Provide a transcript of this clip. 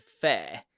fair